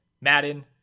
Madden